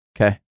Okay